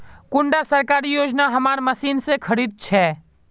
कुंडा सरकारी योजना हमार मशीन से खरीद छै?